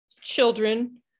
children